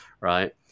right